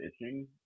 itching